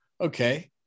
Okay